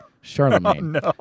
charlemagne